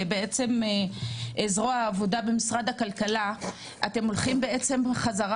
שבעצם אתם בזרוע העבודה במשרד הכלכלה הולכים בחזרה